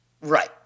Right